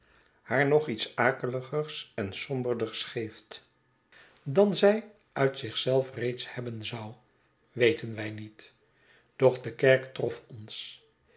haar nog iets akeligers en somberders geeft dan zij uit zich zelf reeds hebben zou weten wij niet doch de kerk trof ons